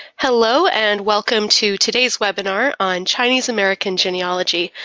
hello and welcome to today's webinar on chinese-american genealogy.